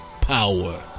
power